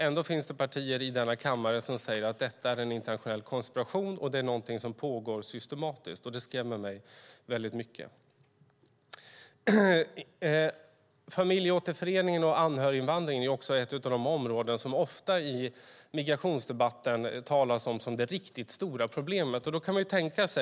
Ändå finns det partier i denna kammare som säger att detta är en internationell konspiration och någonting som pågår systematiskt. Det skrämmer mig mycket. Familjeåterförening och anhöriginvandring är ett av de områden som det ofta talas om i migrationsdebatten som det riktigt stora problemet.